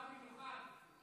בא במיוחד,